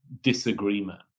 disagreement